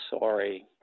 sorry